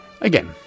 Again